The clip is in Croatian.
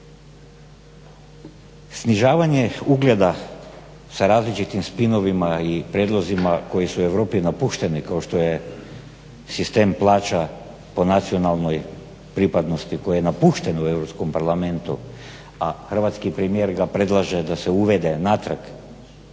Snižavanje ugleda sa različitim spinovima i prijedlozima koji su Europi napuštene kao što je sistem plaća po nacionalnoj pripadnosti koje je napušten u Europskom parlamentu a hrvatski premijer ga predlaže da se uvede natrag,